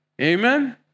Amen